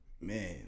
Man